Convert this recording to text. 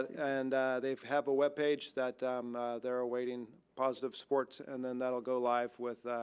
and they have a webpage, that they're awaiting positive sports and then that will go live with